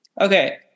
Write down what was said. Okay